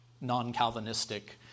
non-Calvinistic